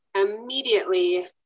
immediately